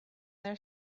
their